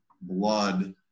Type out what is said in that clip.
blood